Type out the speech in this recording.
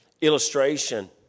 illustration